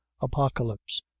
apocalypse